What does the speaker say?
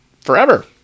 forever